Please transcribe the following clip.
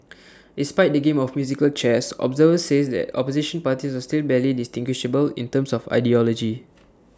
despite the game of musical chairs observers says the opposition parties are still barely distinguishable in terms of ideology